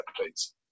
please